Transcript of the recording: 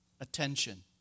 attention